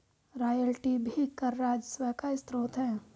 royalty भी कर राजस्व का स्रोत है